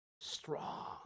strong